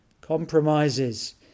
Compromises